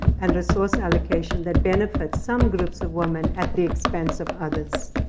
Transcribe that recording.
and resource allocation that benefit some groups of women at the expense of others.